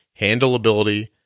Handleability